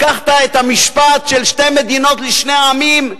לקחת את המשפט של שתי מדינות לשני עמים,